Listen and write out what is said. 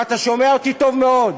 ואתה שומע אותי טוב מאוד,